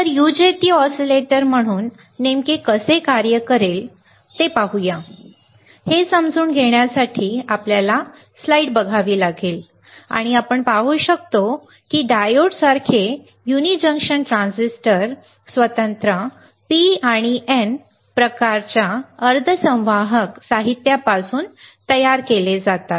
तर UJT oscillator म्हणून नेमके कसे कार्य करेल ते पाहूया हे समजून घेण्यासाठी की आपल्याला स्लाइड बघावी लागेल आणि आपण पाहू शकतो की डायोडसारखे युनि जंक्शन ट्रान्झिस्टर स्वतंत्र P प्रकार आणि N प्रकार अर्धसंवाहक साहित्यापासून तयार केले जातात